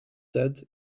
dead